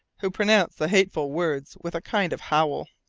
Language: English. who pronounced the hateful words with a kind of howl.